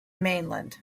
mainland